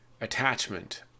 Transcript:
attachment